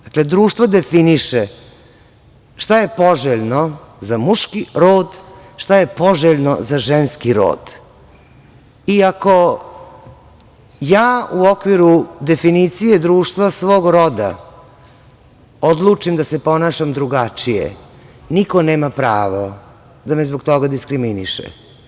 Dakle, društvo definiše šta je poželjno za muški rod, šta je poželjno za ženski rod i ako ja u okviru definicije društva svog roda odlučim da se ponašam drugačije, niko nema pravo da me zbog toga diskriminiše.